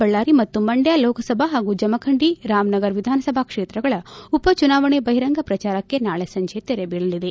ಬಳ್ಳಾರಿ ಮತ್ತು ಮಂಡ್ಯ ಲೋಕಸಭಾ ಹಾಗೂ ಜಮಖಂಡಿ ರಾಮನಗರ ವಿಧಾನಸಭಾ ಕ್ಷೇತ್ರಗಳ ಉಪ ಚುನಾವಣೆ ಬಹಿರಂಗ ಪ್ರಚಾರಕ್ಕೆ ನಾಳೆ ಸಂಜೆ ತೆರೆ ಬೀಳಲಿದೆ